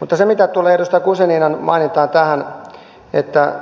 mutta mitä tulee edustaja guzeninan mainintaan että